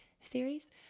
series